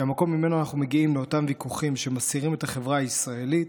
שהמקום שממנו אנחנו מגיעים לאותם ויכוחים שמסעירים את החברה הישראלית,